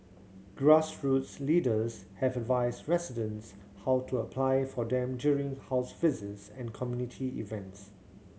grassroots leaders have advised residents how to apply for them during house visits and community events